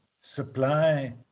supply